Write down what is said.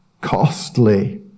costly